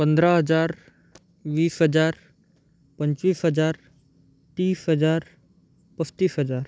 पंधरा हजार वीस हजार पंचवीस हजार तीस हजार पस्तीस हजार